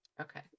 Okay